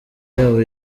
yabo